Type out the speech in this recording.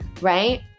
right